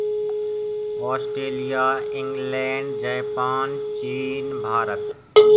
Australia England Japan चीन भारत